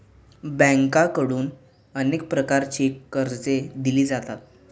बँकांकडून अनेक प्रकारची कर्जे दिली जातात